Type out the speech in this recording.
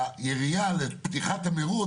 מישהו רוצה לשאול על סימן ב'?